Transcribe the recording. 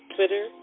Twitter